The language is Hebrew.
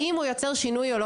האם הוא ייצר שינוי או לא